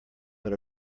but